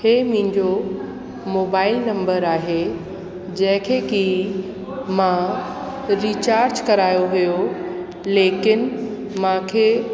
हे मुंहिंजो mobile number आहे जंहिं खे की मां रिचार्ज करायो हुयो लेकिन मूंखे